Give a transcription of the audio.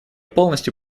полностью